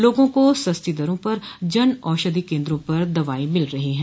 लोगों को सस्ती दरों पर जन औषधि केन्द्रों पर दवाएं मिल रही है